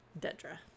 Dedra